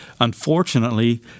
unfortunately